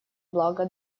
блага